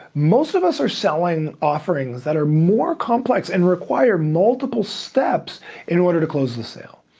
most of us are selling offerings that are more complex and require multiple steps in order to close the sale.